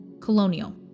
Colonial